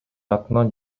атынан